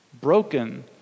broken